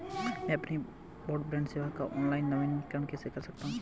मैं अपनी ब्रॉडबैंड सेवा का ऑनलाइन नवीनीकरण कैसे कर सकता हूं?